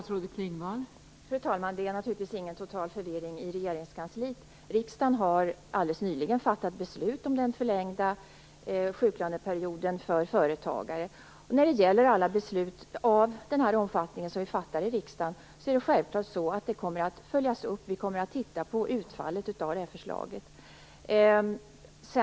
Fru talman! Det råder naturligtvis ingen total förvirring i regeringskansliet. Riksdagen har alldeles nyligen fattat beslut om den förlängda sjuklöneperioden för företagare. Alla beslut av den här omfattningen som vi fattar i riksdagen kommer självklart att följas upp. Vi kommer att titta närmare på utfallet av det här förslaget.